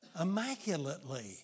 immaculately